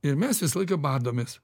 ir mes visą laiką badomės